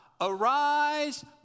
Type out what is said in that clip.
Arise